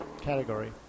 category